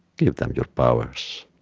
give them your powers,